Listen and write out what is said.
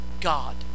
God